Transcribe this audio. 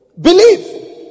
Believe